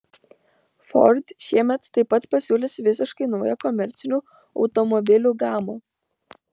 ford šiemet taip pat pasiūlys visiškai naują komercinių automobilių gamą